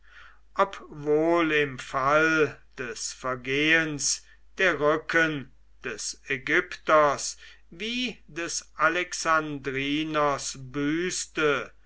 obwohl im fall des vergehens der rücken des ägypters wie des alexandriners büßte